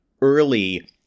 early